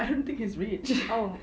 I don't think he's rich